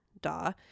Duh